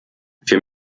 wir